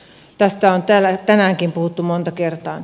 tästä on tänäänkin puhuttu monta kertaa